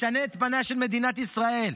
ישנה את פניה של מדינת ישראל.